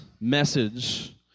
message